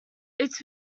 its